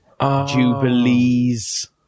Jubilees